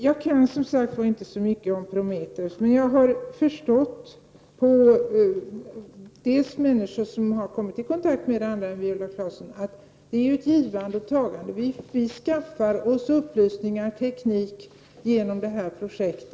Jag kan som sagt inte så mycket om Prometheus, men av andra människor än Viola Claesson som har kommit i kontakt med det har jag förstått att det är fråga om ett givande och tagande. Vi skaffar oss upplysningar och teknik genom detta projekt.